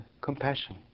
compassion